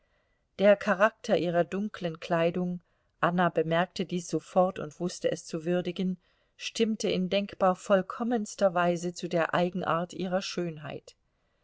der charakter ihrer dunklen kleidung anna bemerkte dies sofort und wußte es zu würdigen stimmte in denkbar vollkommenster weise zu der eigenart ihrer schönheit